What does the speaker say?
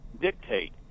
dictate